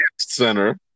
center